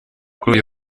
kuri